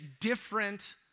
different